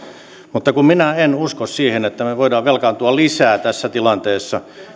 mutta kun minä en usko siihen että me voimme velkaantua lisää tässä tilanteessa